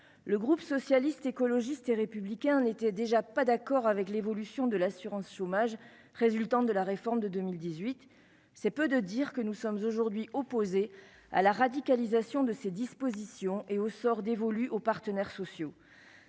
le groupe socialiste, écologiste et républicain n'était déjà pas d'accord avec l'évolution de l'assurance chômage, résultant de la réforme de 2018, c'est peu de dire que nous sommes aujourd'hui opposés à la radicalisation de ces dispositions et au sort dévolu aux partenaires sociaux